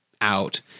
out